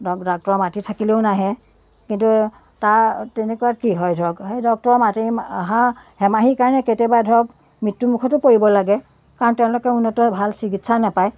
ধৰক ডাক্টৰ মাতি থাকিলেও নাহে কিন্তু তাৰ তেনেকুৱাত কি হয় ধৰক সেই ডক্টৰ মাতিম আহা হেমাহি কাৰণে কেতিয়াবা ধৰক মৃত্যুমুখতো পৰিব লাগে কাৰণ তেওঁলোকে মূলত ভাল চিকিৎসা নাপায়